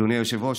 אדוני היושב-ראש,